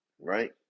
right